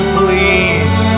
please